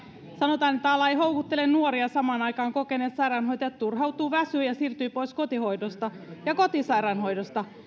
sanotaan että ala ei houkuttele nuoria ja samaan aikaan kokeneet sairaanhoitajat turhautuvat väsyvät ja siirtyvät pois kotihoidosta ja kotisairaanhoidosta